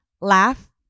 laugh